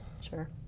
Sure